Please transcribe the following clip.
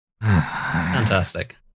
Fantastic